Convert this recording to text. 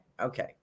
okay